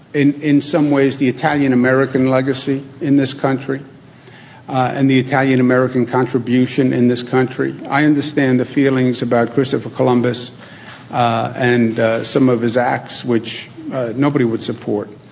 in in some ways, the italian american legacy in this country and the italian american contribution in this country. i understand the feelings about christopher columbus and some of his acts, which nobody would support.